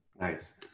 Nice